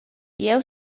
jeu